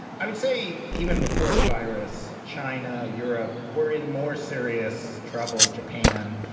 i would say even before the virus, china, europe were in more serious trouble. japan,